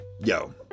yo